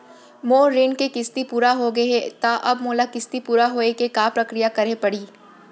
मोर ऋण के किस्ती पूरा होगे हे ता अब मोला किस्ती पूरा होए के का प्रक्रिया करे पड़ही?